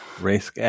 Race